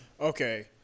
Okay